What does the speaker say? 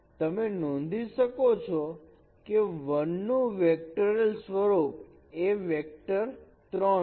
તમે નોંધી શકો છો કે 1 નું વેક્ટોરીયલ સ્વરૂપ એ વેક્ટર 3 છે